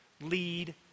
lead